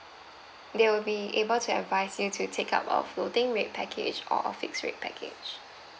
they will be able to advise you to take up a floating rate package or a fixed rate package